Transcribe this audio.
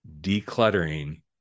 Decluttering